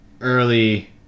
early